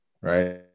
right